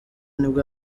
nibwo